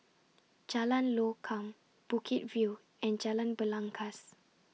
Jalan Lokam Bukit View and Jalan Belangkas